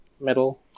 middle